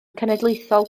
cenedlaethol